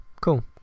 cool